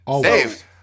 Dave